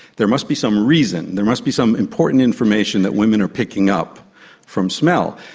there must be some reason, there must be some important information that women are picking up from smell.